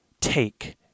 take